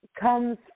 comes